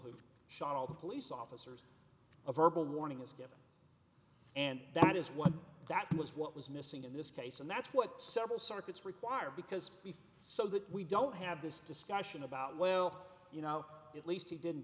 who shot all the police officers a verbal warning is given and that is what that was what was missing in this case and that's what several circuits require because we so that we don't have this discussion about well you know at least he didn't